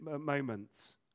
moments